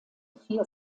vier